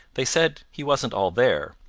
they said he wasn't all there,